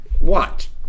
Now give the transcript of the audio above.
Watch